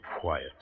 quiet